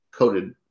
coated